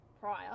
prior